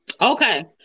Okay